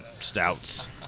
Stouts